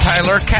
Tyler